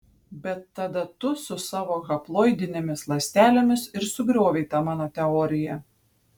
bet tada tu su savo haploidinėmis ląstelėmis ir sugriovei tą mano teoriją